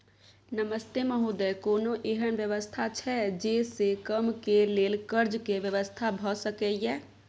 नमस्ते महोदय, कोनो एहन व्यवस्था छै जे से कम के लेल कर्ज के व्यवस्था भ सके ये?